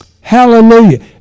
Hallelujah